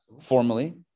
formally